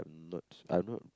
not I not